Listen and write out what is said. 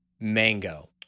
mango